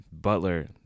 Butler